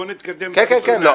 בוא נתקדם בראשונה.